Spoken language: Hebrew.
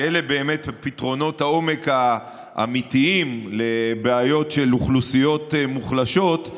שאלה באמת פתרונות העומק האמיתיים לבעיות של אוכלוסיות מוחלשות,